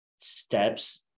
steps